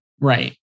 right